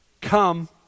come